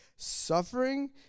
Suffering